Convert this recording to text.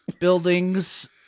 buildings